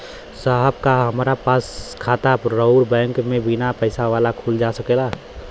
साहब का हमार खाता राऊर बैंक में बीना पैसा वाला खुल जा सकेला?